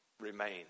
remain